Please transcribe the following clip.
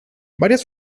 varias